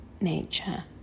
nature